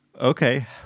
Okay